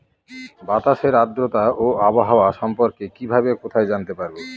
বাতাসের আর্দ্রতা ও আবহাওয়া সম্পর্কে কিভাবে কোথায় জানতে পারবো?